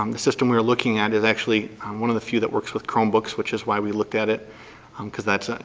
um the system we're looking at, is actually one of the few that works with chromebooks, which is why we looked at it um cause that's,